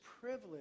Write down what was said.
privilege